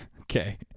okay